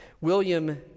William